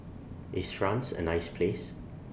IS France A nice Place